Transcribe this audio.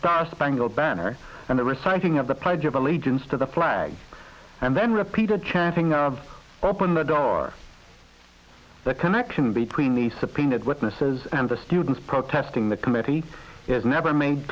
star spangled banner and the reciting of the pledge of allegiance to the flag and then repeated chanting of open the door the connection between the subpoenaed witnesses and the students protesting the committee is never made